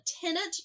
tenant